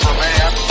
man